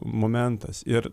momentas ir